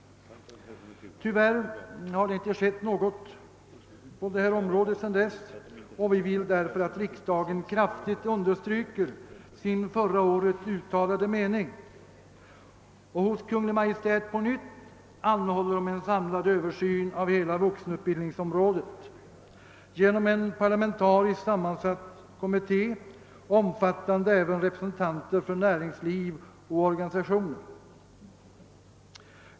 Tyvärr har det inte skett något på detta område sedan dess, och vi vill därför att riksdagen kraftigt understryker sin förra året uttalade mening och hos Kungl. Maj:t på nytt anhåller om en samlad översyn av hela vuxenutbildningsområdet genom en parlamentariskt sammansatt kommitté, omfattande även representanter för näringsliv och organisationer.